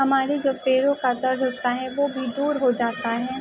ہمارے جو پیروں کا درد ہوتا ہے وہ بھی دور ہو جاتا ہے